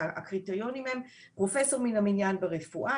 הקריטריונים הם פרופסור מן המניין לרפואה,